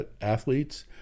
athletes